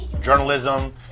journalism